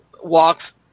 walks